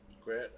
Great